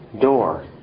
door